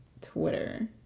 Twitter